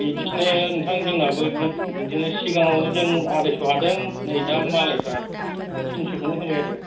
बिदिनो नोंथां जोंनाबो बिदिनो सिगाङाव जों आरायस' हादों नै दा मालायफ्रा थिनस'खौनो होबाय आरो